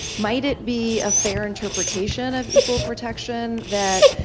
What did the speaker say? might it be a fair interpretation of equal protection that,